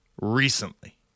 recently